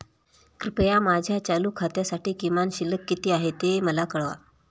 कृपया माझ्या चालू खात्यासाठी किमान शिल्लक किती आहे ते मला कळवा